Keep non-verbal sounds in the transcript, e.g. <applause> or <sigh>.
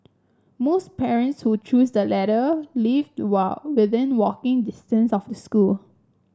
most parents who chose the latter lived <unintelligible> within walking distance of the school